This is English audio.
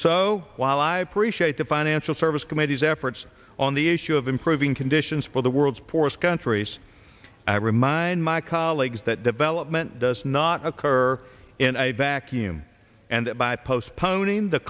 so while i appreciate the financial service committee's efforts on the issue of improving conditions for the world's poorest countries i remind my colleagues that development does not occur in a vacuum and that by postponing the